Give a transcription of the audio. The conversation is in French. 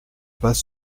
pas